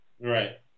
right